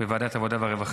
בוועדת העבודה והרווחה.